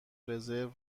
رزرو